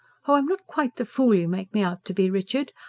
oh, i'm not quite the fool you make me out to be, richard.